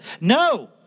No